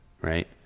right